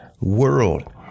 world